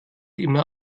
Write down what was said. immer